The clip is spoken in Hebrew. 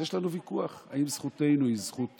יש לנו ויכוח אם זכותנו היא זכות